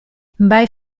bei